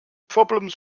problems